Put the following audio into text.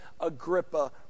Agrippa